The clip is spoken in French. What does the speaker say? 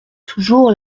toujours